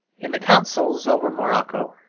in the councils over morocco,